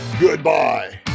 goodbye